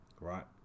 right